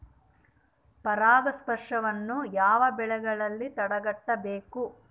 ಪರಾಗಸ್ಪರ್ಶವನ್ನು ಯಾವ ಬೆಳೆಗಳಲ್ಲಿ ತಡೆಗಟ್ಟಬೇಕು?